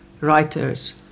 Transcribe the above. writers